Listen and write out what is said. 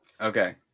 Okay